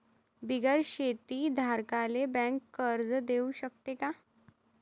बिगर शेती धारकाले बँक कर्ज देऊ शकते का?